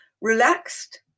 relaxed